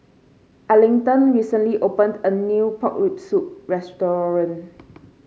Arlington recently opened a new Pork Rib Soup restaurant